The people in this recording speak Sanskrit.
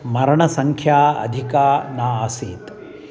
मरणसङ्ख्या अधिका न आसीत्